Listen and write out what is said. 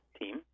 team